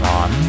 on